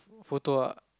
photo ah